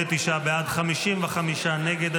49 בעד, 55 נגד.